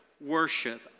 worship